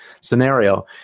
scenario